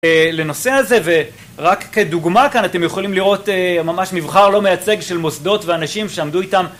לנושא הזה ורק כדוגמה כאן אתם יכולים לראות ממש מבחר לא מייצג של מוסדות ואנשים שעמדו איתם